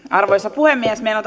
arvoisa puhemies meillä